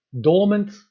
dormant